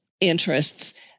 interests